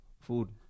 Food